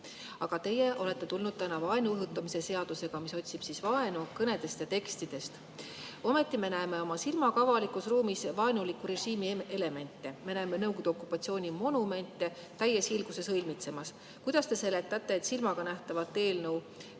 aga olete tulnud siia vaenu õhutamise seadusega, mis otsib vaenu kõnedest ja tekstidest. Ometi näeme oma silmaga avalikus ruumis vaenuliku režiimi elemente, me näeme Nõukogude okupatsiooni monumente täies hiilguses õilmitsemas. Kuidas te seletate, et te silmaga nähtavat eelnõu